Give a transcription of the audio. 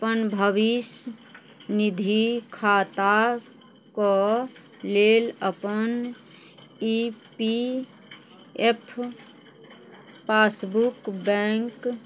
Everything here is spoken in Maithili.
अपन भविष्य निधि खाताके लेल अपन E P F passbook bank